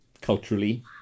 culturally